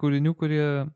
kūrinių kurie